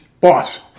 boss